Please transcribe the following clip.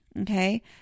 Okay